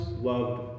loved